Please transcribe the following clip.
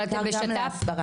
אבל יש שיתוף פעולה?